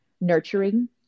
nurturing